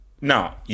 Now